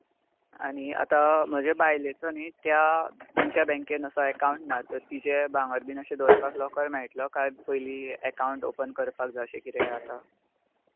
आनी आतां अ म्हज्या बाायलेचो न्ही त्या तुमच्या बेंकेंत असो एकांवट ना सो तीजे भांगर बीन अशें दवरपाक लॉकर मेळटलो कांय पयली एकांवट ऑपन करपाक जाय अशें कितें आसा